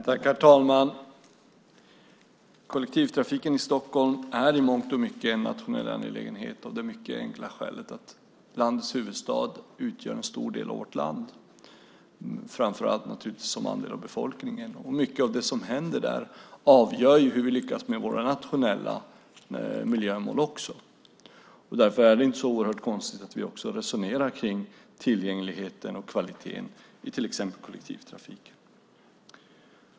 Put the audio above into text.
Herr talman! Kollektivtrafiken i Stockholm är i mångt och mycket en nationell angelägenhet av det mycket enkla skälet att landets huvudstad utgör en stor del av vårt land, framför allt naturligtvis som andel av befolkningen. Och mycket av det som händer här avgör hur vi lyckas också med våra nationella miljömål. Därför är det inte så oerhört konstigt att vi resonerar om tillgängligheten och kvaliteten i till exempel kollektivtrafiken.